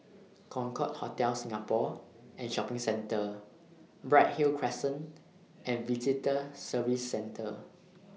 Concorde Hotel Singapore and Shopping Centre Bright Hill Crescent and Visitor Services Centre